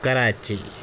Karachi